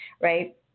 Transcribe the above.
right